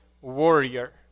warrior